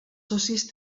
socis